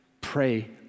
Pray